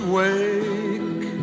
wake